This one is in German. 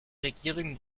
regierung